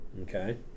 Okay